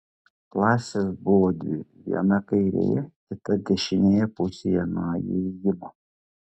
klasės buvo dvi viena kairėje kita dešinėje pusėje nuo įėjimo